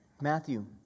Matthew